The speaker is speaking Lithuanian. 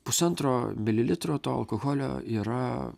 pusantro mililitro to alkoholio yra